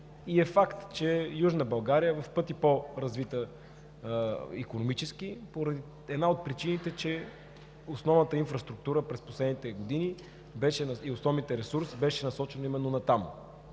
И е факт, че Южна България е в пъти по-развита икономически. Една от причините е, че основната инфраструктура през последните години и основният ресурс беше насочен именно натам.